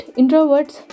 introverts